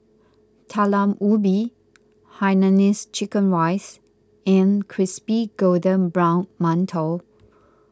Talam Ubi Hainanese Chicken Rice and Crispy Golden Brown Mantou